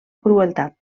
crueltat